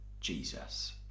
Jesus